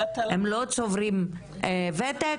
הם לא צוברים את הוותק